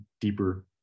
deeper